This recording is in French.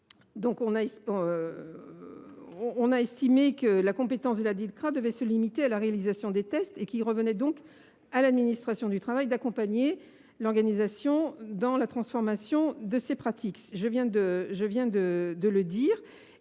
commission a estimé que la compétence de la Dilcrah devait se limiter à la réalisation des tests et qu’il revenait à l’administration du travail d’accompagner l’organisation dans la transformation de ses pratiques. J’en viens à